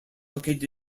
located